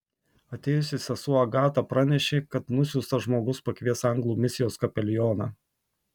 atėjusi sesuo agata pranešė kad nusiųstas žmogus pakvies anglų misijos kapelioną